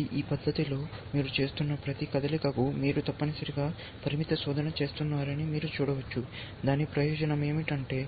కాబట్టి ఈ పద్ధతిలో మీరు చేస్తున్న ప్రతి కదలికకు మీరు తప్పనిసరిగా పరిమిత శోధన చేస్తున్నారని మీరు చూడవచ్చు దాని ప్రయోజనం ఏమిటంటే